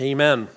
Amen